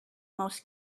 most